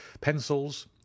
pencils